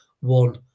one